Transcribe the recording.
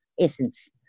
essence